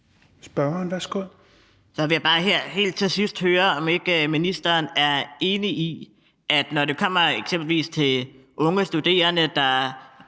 Så vil jeg bare her til sidst høre, om ministeren ikke er enig i, når det eksempelvis kommer til unge studerende, der